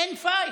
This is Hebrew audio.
אין פייט,